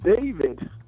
David